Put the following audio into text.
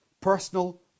personal